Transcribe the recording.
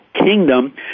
Kingdom